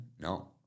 No